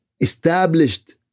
established